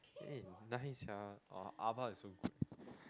eh nice sia !wah! abba is so good